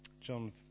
John